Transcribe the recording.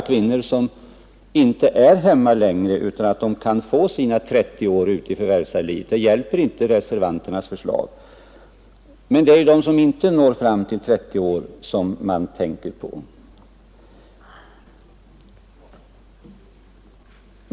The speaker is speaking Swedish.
Kvinnor som inte är hemma längre, utan att de kan få sina 30 år ute i förvärvslivet blir inte hjälpta av reservanternas förslag, men det är ju de som inte når fram till 30 års förvärvsarbete som man tänker på.